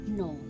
no